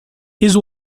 his